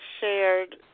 shared